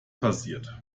passiert